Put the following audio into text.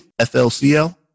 FLCL